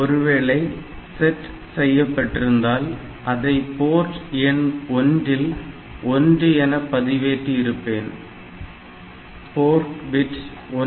ஒருவேளை செட் செய்யப்பட்டிருந்தால் அதை போர்ட் எண் 1 இல் 1 என பதிவேற்றி இருப்பேன் போர்ட் பிட் 1